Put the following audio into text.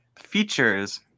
features